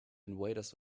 invaders